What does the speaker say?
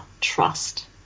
trust